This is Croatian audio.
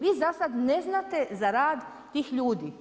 Vi zasad ne znate za rad tih ljudi.